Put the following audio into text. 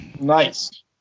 Nice